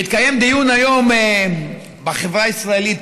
מתקיים דיון היום בחברה הישראלית.